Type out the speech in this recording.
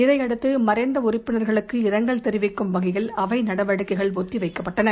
இதையடுத்து மறைந்த உறுப்பினா்களுக்கு இரங்கல் தெிவிக்கும் வகையில் அவை நடவடிக்கைகள் ஒத்தி வைக்கப்பட்டன